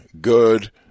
good